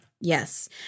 Yes